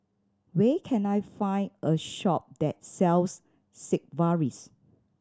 where can I find a shop that sells Sigvaris